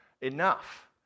enough